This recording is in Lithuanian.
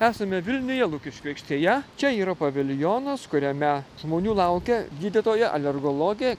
esame vilniuje lukiškių aikštėje čia yra paviljonas kuriame žmonių laukia gydytoja alergologė